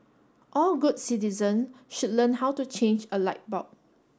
all good citizen should learn how to change a light bulb